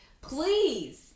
Please